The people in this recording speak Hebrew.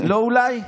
לא אולי?